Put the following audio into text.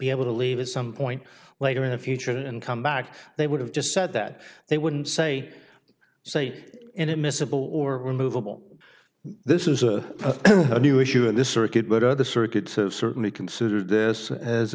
be able to leave at some point later in the future and come back they would have just said that they wouldn't say say inadmissible or movable this is a new issue in this circuit but other circuits have certainly considered this as